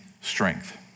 strength